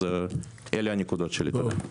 אלה הנקודות שלי, תודה.